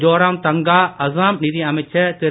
ஜோராம் தங்கா அஸ்ஸாம் நிதி அமைச்சர் திரு